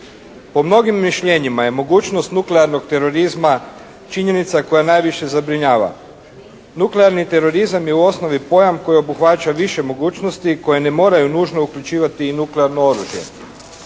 Po mnogim mišljenjima je mogućnost nuklearnog terorizma činjenica koja najviše zabrinjava. Nuklearni terorizam je u osnovi pojam koji obuhvaća više mogućnosti koje ne moraju nužno uključivati i nuklearno oružje.